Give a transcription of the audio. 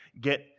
get